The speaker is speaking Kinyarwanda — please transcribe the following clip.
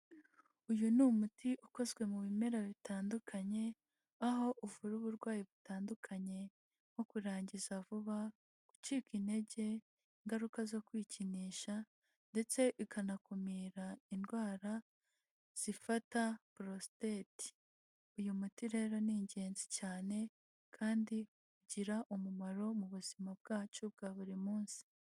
Uyu ni umuti ukozwe mu bimera bitandukanye, aho uvura uburwayi butandukanye, nko kurangiza vuba, gucika intege, ingaruka zo kwikinisha ndetse ikanakumira indwara zifata porositate. Uyu muti rero ni ingenzi cyane, kandi ugira umumaro mu buzima bwacu bwa buri munsi.